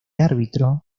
árbitro